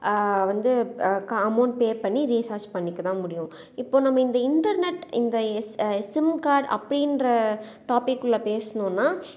வந்து க amount pay பண்ணி ரீசார்ஜ் பண்ணிக்கதான் முடியும் இப்போ நம்ம இந்த இன்டர்நெட் இந்த எஸ் சிம் கார்டு அப்படின்ற டாப்பிக்குள்ளே பேசினோனா